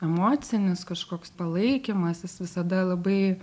emocinis kažkoks palaikymas jis visada labai